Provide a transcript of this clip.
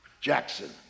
Jackson